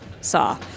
saw